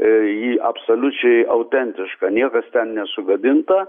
ji absoliučiai autentiška niekas ten nesugadinta